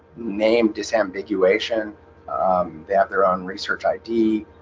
named disambiguation they have their own research id